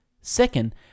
second